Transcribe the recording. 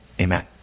Amen